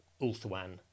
Ulthuan